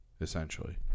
essentially